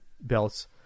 belts